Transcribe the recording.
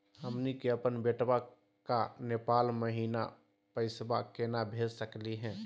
हमनी के अपन बेटवा क नेपाल महिना पैसवा केना भेज सकली हे?